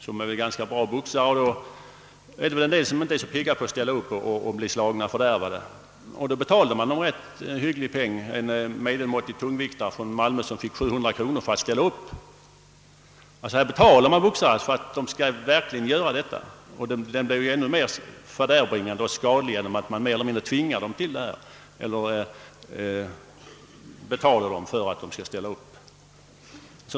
Det bestod av duktiga boxare, och det var inte många här som var pigga på att ställa upp och bli slagna. En medelmåttig tungviktare från Malmö fick — enligt uppgift i pressen — 700 kronor för att ställa upp. Verksamheten blir ju inte mindre fördärvbringande eller skadlig genom att man betalar deltagarna, så att de mer eller mindre känner sig tvingade att ställa upp.